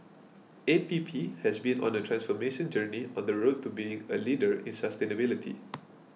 A P P has been on a transformation journey on the road to being a leader in sustainability